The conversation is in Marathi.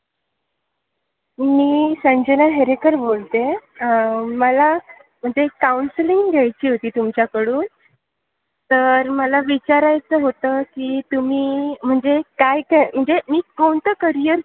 मी संजना हेरेकर बोलते मला म्हणजे काउन्सिलिंग घ्यायची होती तुमच्याकडून तर मला विचारायचं होतं की तुम्ही म्हणजे काय काय म्हणजे मी कोणतं करियर चूज करू शकते